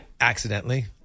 accidentally